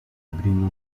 abrindo